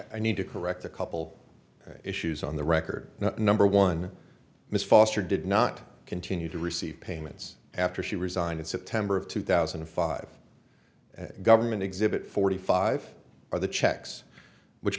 i need to correct a couple of issues on the record number one miss foster did not continue to receive payments after she resigned in september of two thousand and five government exhibit forty five are the checks which